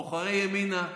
בוחרי ימינה,